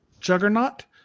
Juggernaut